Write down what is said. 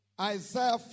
Isaiah